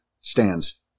stands